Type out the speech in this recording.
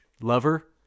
lover